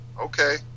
Okay